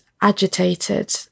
agitated